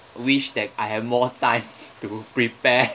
wish that I have more time to prepare